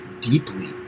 deeply